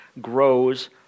grows